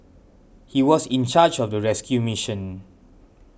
he was in charge of the rescue mission